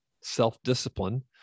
self-discipline